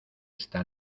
esta